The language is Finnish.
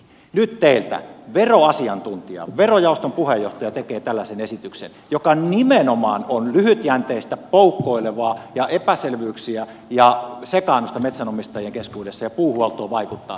nyt teiltä veroasiantuntija verojaoston puheenjohtaja tekee tällaisen esityksen joka nimenomaan on lyhytjänteistä ja poukkoilevaa ja joka aiheuttaa epäselvyyksiä ja sekaannusta metsänomistajien keskuudessa ja vaikuttaa puuhuoltoon